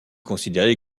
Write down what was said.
considéré